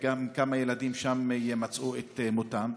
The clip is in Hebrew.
גם כמה ילדים מצאו שם את מותם.